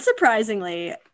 unsurprisingly